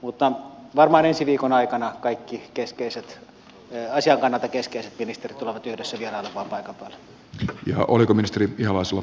mutta varmaan ensi viikon aikana kaikki asian kannalta keskeiset ministerit tulevat yhdessä vierailemaan paikan päällä